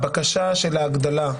הבקשה של ההגדלה,